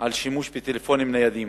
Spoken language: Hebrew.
על שימוש בטלפונים ניידים.